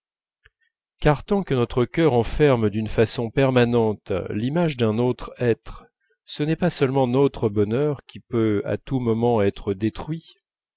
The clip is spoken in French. tant que notre cœur enferme d'une façon permanente l'image d'un autre être ce n'est pas seulement notre bonheur qui peut à tout moment être détruit